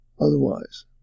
otherwise